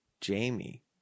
Jamie